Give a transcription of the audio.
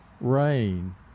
rain